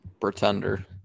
Pretender